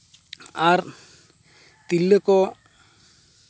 ᱟᱨ ᱛᱤᱨᱞᱟᱹ ᱠᱚ